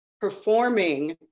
performing